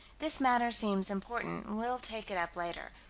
this matter seems important we'll take it up later,